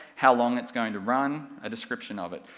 how long it's going to run, a description of it,